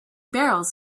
barrels